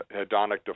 hedonic